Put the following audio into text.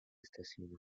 estaciones